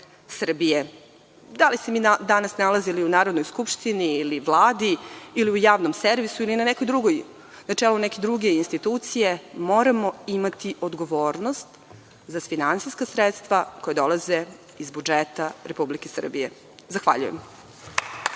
Srbije. Da li se mi danas nalazili u Narodnoj skupštini ili Vladi ili u javnom servisu ili na čelu neke druge institucije, moramo imati odgovornost za finansijska sredstva koja dolaze iz budžeta Republike Srbije. Zahvaljujem.